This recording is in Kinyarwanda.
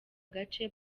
gace